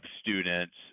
students